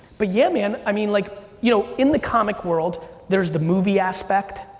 but yeah, man. i mean like you know in the comic world, there's the movie aspect,